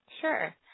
Sure